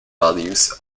values